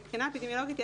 מבחינה אפידמיולוגית,